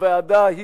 אך הוועדה,